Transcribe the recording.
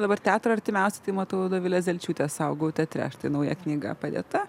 dabar teatrą artimiausia tai matau dovilės zelčiūtės augau teatre štai nauja knyga padėta